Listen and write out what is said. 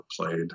played